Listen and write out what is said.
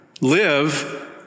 Live